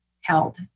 held